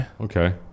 Okay